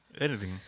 Editing